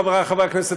חברי חברי הכנסת,